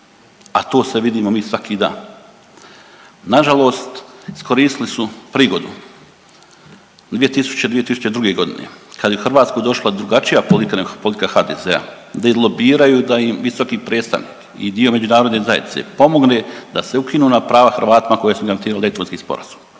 a to se vidimo mi svaki dan. Nažalost, iskoristili su prigodu 2000., 2002. godine kad je u Hrvatsku došla drugačija politika nego politika HDZ-a da izlobiraju da im visoki predstavnik i dio međunarodne zajednice pomogne da se ukinu ona prava Hrvatima koja su garantirali Daytonski sporazum.